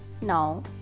Now